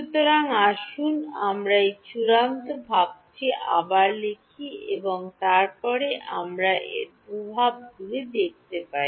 সুতরাং আসুন আমরা এই আসল জিনিসটি আবার লিখি এবং তারপরে আমরা এর প্রভাবগুলি দেখতে পাই